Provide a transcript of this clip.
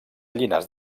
llinars